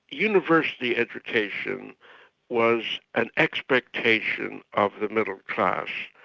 university education was an expectation of the middle class,